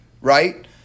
right